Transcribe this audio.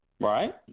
Right